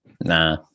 Nah